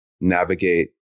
navigate